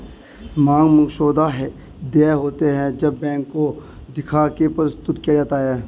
मांग मसौदा देय होते हैं जब बैंक को दिखा के प्रस्तुत किया जाता है